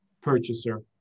purchaser